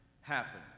happen